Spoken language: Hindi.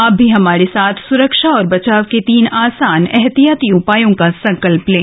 आप भी हमारे साथ सुरक्षा और बचाव के तीन आसान एहतियाती उपायों का संकल्प लें